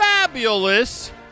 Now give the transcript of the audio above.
fabulous